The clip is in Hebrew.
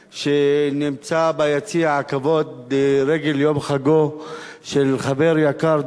שנמצאים ביציע הכבוד לרגל יום חגו של חבר יקר,